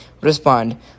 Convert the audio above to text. Respond